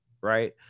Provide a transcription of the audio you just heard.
Right